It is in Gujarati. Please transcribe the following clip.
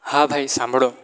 હા ભાઈ સાંભળો